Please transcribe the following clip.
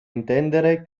intendere